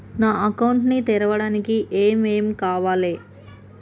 నా అకౌంట్ ని తెరవడానికి ఏం ఏం కావాలే?